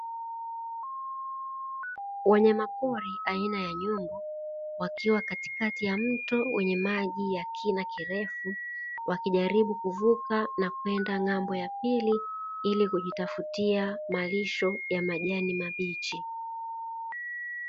Wanyama pori aina ya nyumbu wakiwa katikati ya mto wenye maji ya kina kirefu, wakijaribu kuvuka na kwenda ng'ambo ya pili ili kujitafutia marisho ya majani mabichi.